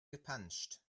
gepanscht